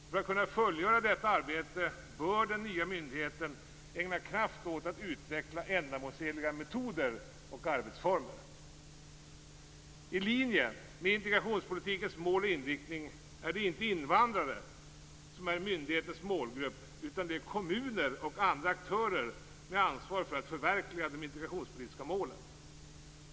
För att kunna fullgöra detta arbete bör den nya myndigheten ägna kraft åt att utveckla ändamålsenliga metoder och arbetsformer. I linje med integrationspolitikens mål och inriktning är det inte invandrare som är myndighetens målgrupp, utan det är kommuner och andra aktörer med ansvar för att förverkliga de integrationspolitiska målen.